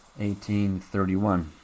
1831